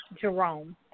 Jerome